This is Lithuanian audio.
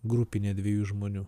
grupinė dviejų žmonių